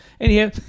Anyhow